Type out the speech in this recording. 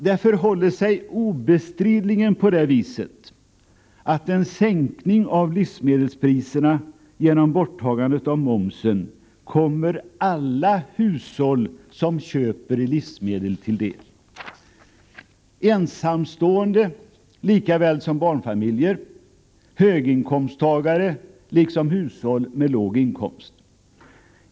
Det förhåller sig obestridligen på det viset att en sänkning av livsmedelspriserna genom ett borttagande av momsen kommer alla hushåll som köper livsmedel till del — ensamstående lika väl som barnfamiljer, höginkomsttagare lika väl som hushåll med låg inkomst.